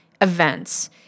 events